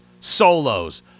solos